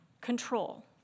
control